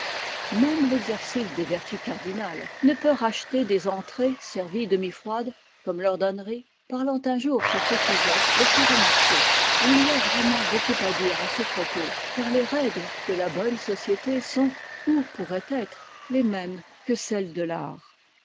même l'exercice des vertus cardinales ne peut racheter des entrées servies demi froides comme lord henry parlant un jour sur ce sujet le fit remarquer et il y a vraiment beaucoup à dire à ce propos car les règles de la bonne société sont ou pourraient être les mêmes que celles de l'art